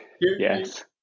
Yes